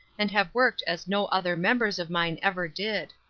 and have worked as no other members of mine ever did.